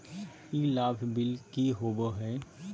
ई लाभ बिल की होबो हैं?